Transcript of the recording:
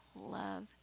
Love